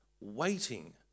Waiting